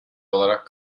olarak